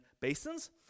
basins